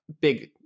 big